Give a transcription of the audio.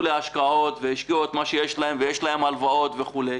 להשקעות והשקיעו את מה שיש להם ויש להם הלוואות וכו',